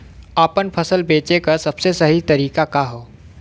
आपन फसल बेचे क सबसे सही तरीका का ह?